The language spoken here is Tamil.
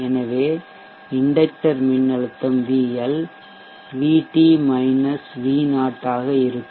எனவே இண்டெக்டர் மின்னழுத்தம் VL VT V0 ஆக இருக்கும்